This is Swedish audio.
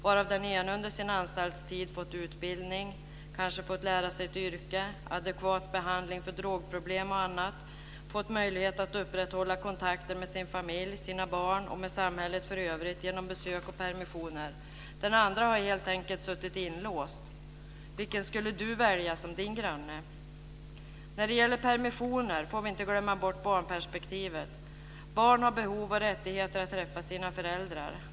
Den ena har under sin anstaltstid fått utbildning, kanske fått lära sig ett yrke, fått adekvat behandling för drogproblem och fått möjlighet att upprätthålla kontakten med sin familj, sina barn och med samhället i övrigt genom besök och permissioner, och den andra har helt enkelt suttit inlåst. När det gäller permissioner får vi inte glömma bort barnperspektivet. Barn har behov av och rättigheter att träffa sina föräldrar.